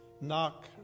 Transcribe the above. Knock